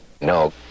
No